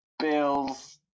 Bills